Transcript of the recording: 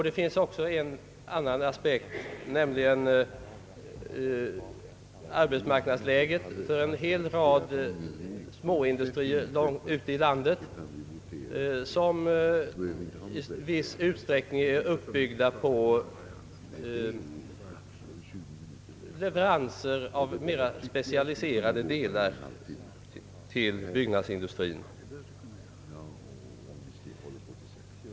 Det finns också en annan aspekt, nämligen arbetsmarknadsläget för en hel rad småindustrier ute i landet, som i viss utsträckning är uppbyggda på leveranser av mera specialiserade delar till byggnadsindustrien.